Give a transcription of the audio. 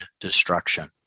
destruction